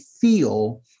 feel